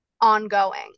ongoing